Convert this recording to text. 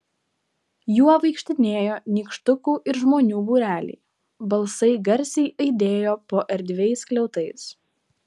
juo vaikštinėjo nykštukų ir žmonių būreliai balsai garsiai aidėjo po erdviais skliautais